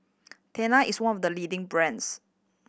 Tena is one of the leading brands